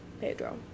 Pedro